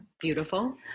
Beautiful